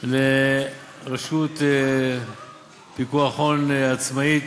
לרשות פיקוח הון עצמאית,